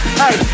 hey